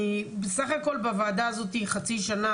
אני בסך הכול בוועדה הזאת חצי שנה,